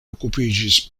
okupiĝis